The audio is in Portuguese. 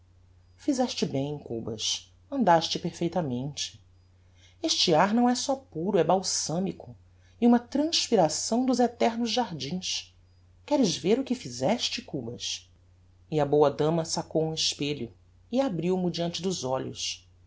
fizeste bem cubas andaste perfeitamente este ar não é só puro é balsamico e uma transpiração dos eternos jardins queres ver o que fizeste cubas e a boa dama sacou um espelho e abriu mo deante dos olhos